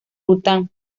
bután